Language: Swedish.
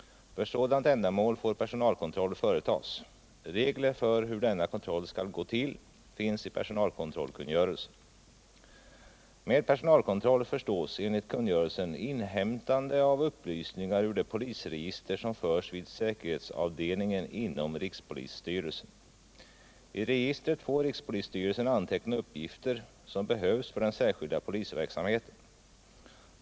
För sådant ändamål får personalkontroll företas. Regler för hur denna kontroll skall gå till finns i personalkontrollkungörelsen. Med personalkontroll förstås enligt kungörelsen inhämtande av upplysningar ur det polisregister som förs vid säkerhetsavdelningen inom rikspolisstyrelsen. I registret får rikspolisstyrelsen anteckna uppgifter som behövs för den särskilda polisverksamheten.